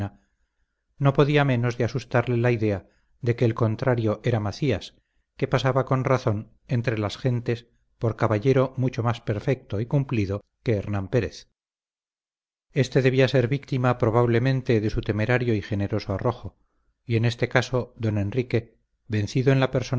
no podía menos de asustarle la idea de que el contrario era macías que pasaba con razón entre las gentes por caballero mucho más perfecto y cumplido que hernán pérez éste debía ser víctima probablemente de su temerario y generoso arrojo y en este caso don enrique vencido en la